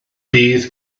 bydd